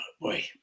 Boy